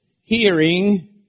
hearing